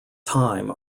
time